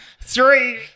three